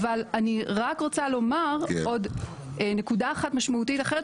אני רק רוצה לומר עוד נקודה משמעותית אחרת,